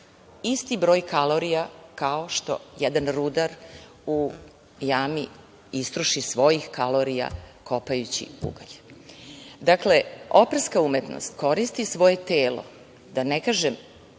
isti broj kalorija kao što jedan rudar u jami istroši svojih kalorija kopajući ugalj. Dakle, operska umetnost koristi svoje telo, da ne kažem